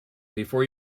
before